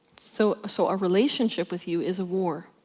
so so a relationship with you is a war.